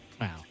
Wow